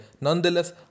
nonetheless